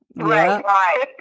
Right